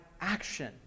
action